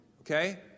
okay